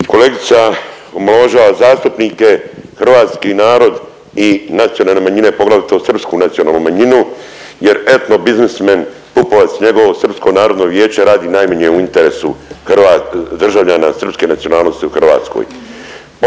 Kolegica omalovažava zastupnike, hrvatski narod i nacionalne manjine poglavito srpsku nacionalnu manjinu jer etnobiznismen Pupovac i njegovo Srpsko narodno vijeće radi najmanje u interesu hrva… državljana srpske nacionalnosti u Hrvatskoj